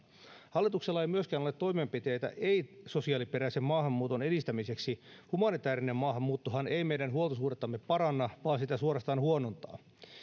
hallituksella ei myöskään ole toimenpiteitä ei sosiaaliperäisen maahanmuuton edistämiseksi humanitäärinen maahanmuuttohan ei meidän huoltosuhdettamme paranna vaan suorastaan huonontaa sitä